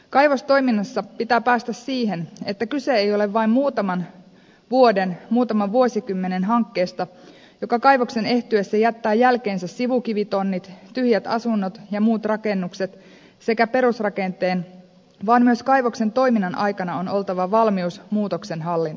kaivostoiminnassa pitää päästä siihen että kyse ei ole vain muutaman vuosikymmenen hankkeesta joka kaivoksen ehtyessä jättää jälkeensä sivukivitonnit tyhjät asunnot ja muut rakennukset sekä perusrakenteen vaan myös kaivoksen toiminnan aikana on oltava valmius muutoksen hallintaan